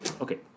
okay